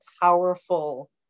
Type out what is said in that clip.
powerful